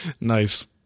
nice